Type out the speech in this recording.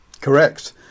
Correct